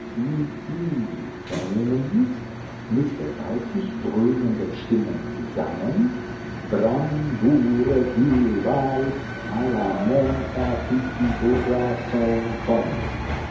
vernehmen ließ mit gewaltig dröhnenden stimmen sangen